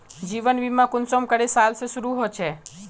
जीवन बीमा कुंसम करे साल से शुरू होचए?